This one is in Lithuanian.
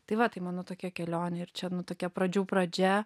tai va tai mano tokia kelionė ir čia nu tokia pradžių pradžia